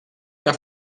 que